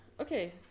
Okay